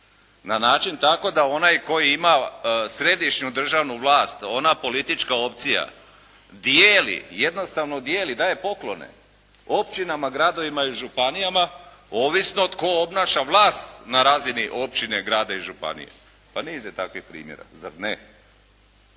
Na način tako da onaj tko ima središnju državnu vlast, ona politička opcija dijeli, jednostavno dijeli, daje poklone općinama, gradovima i županijama ovisno tko obnaša vlast na razini općine, grada i županije. Pa niz je takvih primjera, zar ne?